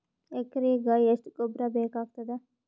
ಎಕರೆಗ ಎಷ್ಟು ಗೊಬ್ಬರ ಬೇಕಾಗತಾದ?